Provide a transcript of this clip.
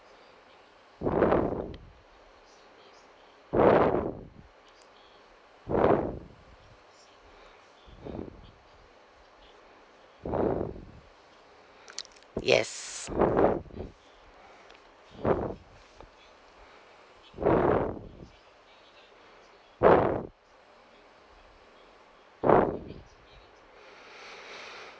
yes